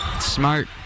Smart